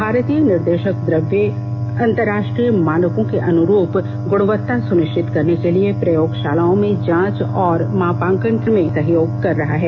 भारतीय निर्देशक द्रव्यी अंतरराष्ट्रीय मानकों के अनुरूप गुणवत्ता सुनिश्चित करने के लिए प्रयोगशालाओं में जांच और मापांकन में सहयोग कर रहा है